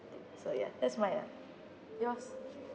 so ya that's mine ah yours